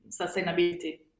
sustainability